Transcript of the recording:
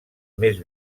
més